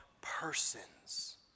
persons